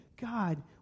God